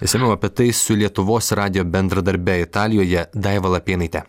išsamiau apie tai su lietuvos radijo bendradarbe italijoje daiva lapėnaitė